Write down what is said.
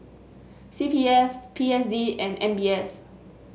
C P F P S D and M B S